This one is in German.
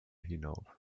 hinauf